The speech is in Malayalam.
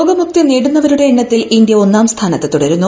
രോഗമുക്തി നേടുന്നവരുടെ എണ്ണത്തിൽ ഇന്ത്യ ഒന്നാം സ്ഥാനത്ത് തുടരുന്നു